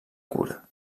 cura